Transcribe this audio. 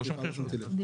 סליחה, לא שמתי לב.